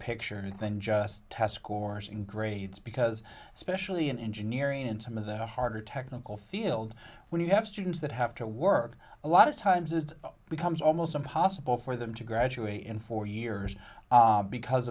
picture than just test scores in grades because especially in engineering in some of the harder technical field when you have students that have to work a lot of times it becomes almost impossible for them to graduate in four years because